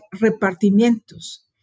repartimientos